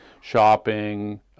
shopping